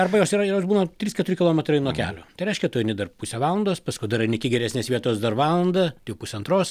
arba jos yra jos būna trys keturi kilometrai nuo kelio tai reiškia tu eini dar pusę valandos paskui dar eini iki geresnės vietos dar valandą pusantros